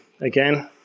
again